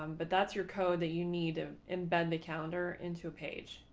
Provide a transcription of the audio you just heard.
um but that's your code that you need to embed the calendar into a page.